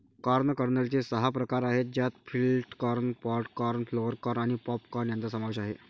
corn कर्नलचे सहा प्रकार आहेत ज्यात flint corn, pod corn, flour corn आणि पॉप कॉर्न यांचा समावेश आहे